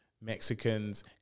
Mexicans